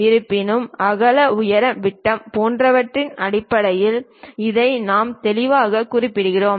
இருப்பினும் அகல உயர விட்டம் போன்றவற்றின் அடிப்படையில் இதை நாம் தெளிவாகக் குறிப்பிடுகிறோம்